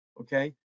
okay